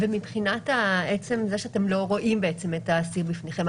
מבחינת עצם זה שאתם לא רואים את האסיר בפניכם,